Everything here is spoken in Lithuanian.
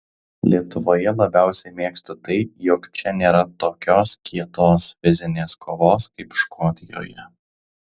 lietuvoje labiausiai mėgstu tai jog čia nėra tokios kietos fizinės kovos kaip škotijoje